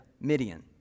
Midian